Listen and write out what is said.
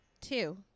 two